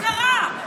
מה קרה?